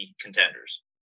contenders